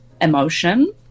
emotion